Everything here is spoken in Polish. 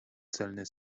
celny